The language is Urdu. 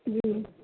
جی